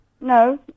No